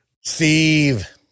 Steve